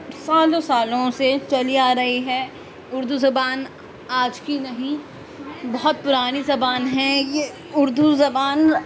سالوں سالوں سے چلی آرہی ہے اردو زبان آج کی نہیں بہت پرانی زبان ہے یہ اردو زبان